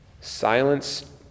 Silence